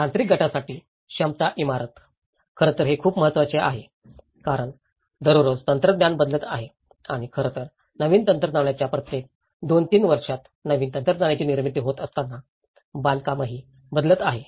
तांत्रिक गटासाठी क्षमता इमारत खरं तर हे खूप महत्वाचे आहे कारण दररोज तंत्रज्ञान बदलत आहे आणि खरं तर नवीन तंत्रज्ञानाच्या प्रत्येक 2 3 वर्षात नवीन तंत्रज्ञानाची निर्मिती होत असताना बांधकामही बदलत आहे